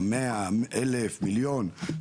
100, 1,000, מיליון?